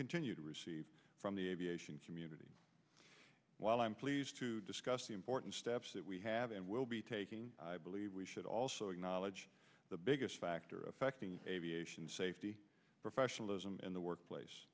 continue to receive from the aviation community while i'm pleased to discuss the important steps that we have and will be taking i believe we should also acknowledge the biggest factor affecting aviation safety professionalism in the workplace